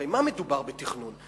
הרי במה מדובר בתכנון?